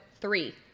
Three